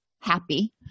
happy